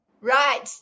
Right